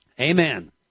amen